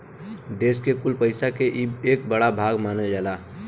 देस के कुल पइसा के ई एक बड़ा भाग मानल जाला